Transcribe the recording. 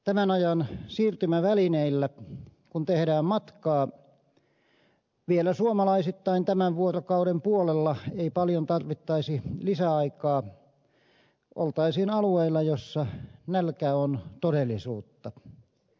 tämän ajan siirtymävälineillä kun tehdään matkaa vielä suomalaisittain tämän vuorokauden puolella ei paljon tarvittaisi lisäaikaa kun oltaisiin alueilla joilla nälkä on todellisuutta